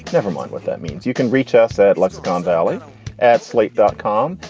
never mind what that means. you can reach us at lexicon valley at slate dot com.